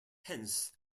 hence